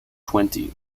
twenty